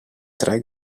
tre